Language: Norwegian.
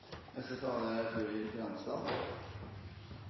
Neste talar er